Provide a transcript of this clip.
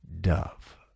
dove